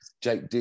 Jake